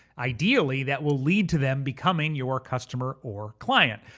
ideally, that will lead to them becoming your customer or client.